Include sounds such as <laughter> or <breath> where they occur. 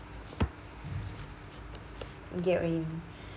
I get what you mean <breath>